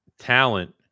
talent